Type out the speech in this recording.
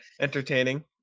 entertaining